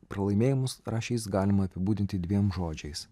pralaimėjimus rašė jis galima apibūdinti dviem žodžiais